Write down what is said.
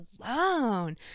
alone